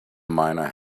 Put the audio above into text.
miner